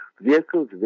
vehicles